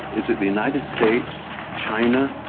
is it the united states, china,